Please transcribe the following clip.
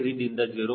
3 ದಿಂದ 0